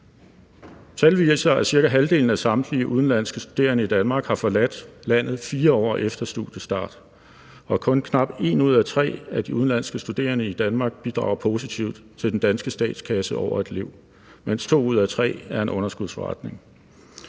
Tal viser, at cirka halvdelen af samtlige udenlandske studerende i Danmark har forladt landet 4 år efter studiestart, og at kun knap en ud af tre af de udenlandske studerende i Danmark bidrager positivt til den danske statskasse over et liv, mens to ud af tre er en underskudsforretning.